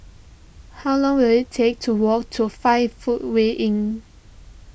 how long will it take to walk to five Footway Inn